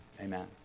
Amen